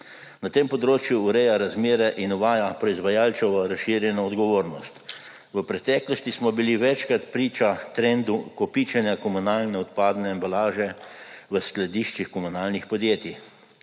Na tem področju ureja razmere in uvaja proizvajalčevo razširjeno odgovornost. V preteklosti smo bili večkrat priča trendu kopičenja komunalne odpadne embalaže v skladiščih komunalnih podjetij.